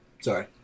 sorry